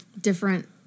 different